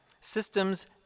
systems